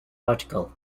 article